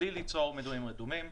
בלי ליצור מדורים רדומים,